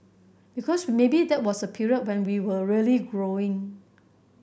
because maybe that was a period when we were really growing